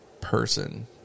person